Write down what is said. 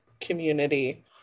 community